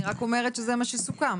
אני רק אומרת שזה מה שסוכם.